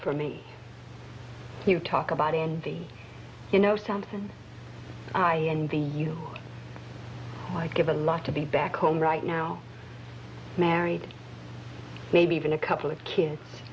for me you talk about in the you know something i envy you might give a lot to be back home right now married maybe even a couple of kids